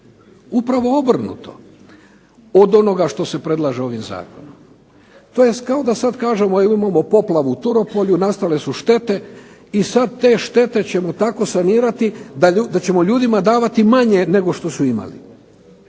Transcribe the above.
upravo obrnuto od onoga što se predlaže ovim zakonom. To jest kao da sad kažemo evo imamo poplavu u Turopolju, nastale su štete i sad te štete ćemo tako sanirati da ćemo ljudima davati manje nego što su imali.